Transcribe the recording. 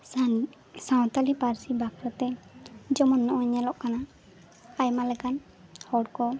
ᱥᱟᱱᱛᱟᱱᱤ ᱯᱟᱹᱨᱥᱤ ᱵᱟᱠᱷᱨᱟ ᱛᱮ ᱡᱮᱢᱚᱱ ᱱᱚᱜᱼᱚᱭ ᱧᱮᱞᱚᱜ ᱠᱟᱱᱟ ᱟᱭᱢᱟ ᱞᱮᱠᱟᱱ ᱦᱚᱲ ᱠᱚ